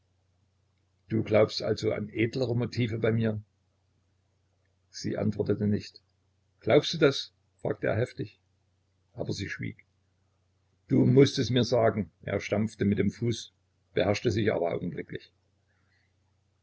du glaubst also an edlere motive bei mir sie antwortete nicht glaubst du das fragte er heftig aber sie schwieg du mußt es mir sagen er stampfte mit dem fuß beherrschte sich aber augenblicklich